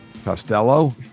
Costello